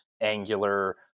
angular